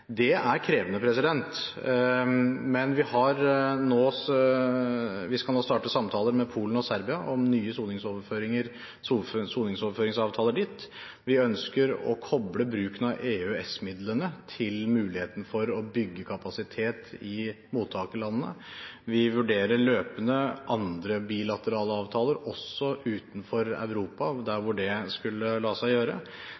Det er krevende, men vi skal nå starte samtaler med Polen og Serbia om nye soningsoverføringsavtaler dit. Vi ønsker å koble bruken av EØS-midlene til muligheten for å bygge kapasitet i mottakerlandene. Vi vurderer løpende andre bilaterale avtaler, også utenfor Europa, der